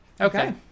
Okay